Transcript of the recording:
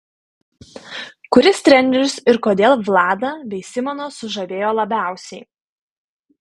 kuris treneris ir kodėl vladą bei simoną sužavėjo labiausiai